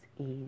ease